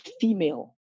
female